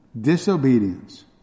Disobedience